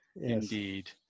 indeed